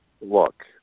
Look